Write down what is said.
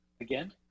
again